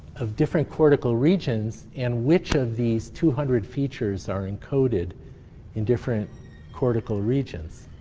of different cortical regions and which of these two hundred features are encoded in different cortical regions.